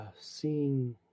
seeing